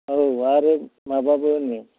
औ आरो माबाबो होनो